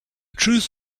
truth